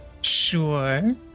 Sure